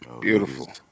Beautiful